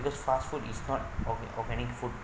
just fast food is not or~ organic food